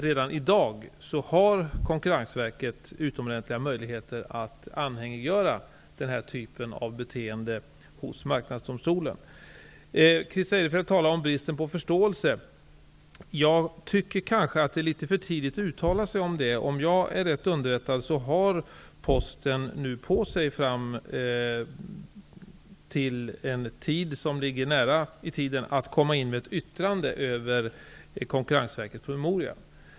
Redan i dag har Konkurrensverket utomordentliga möjligheter att anhängiggöra denna typ av beteende hos Marknadsdomstolen. Christer Eirefelt talar om bristen på förståelse. Jag tycker att det kanske är för tidigt att uttala sig om detta. Om jag är rätt underrättad har Posten nu ytterligare en kort tid på sig att komma in med ett yttrande över Konkurrensverkets promemoria.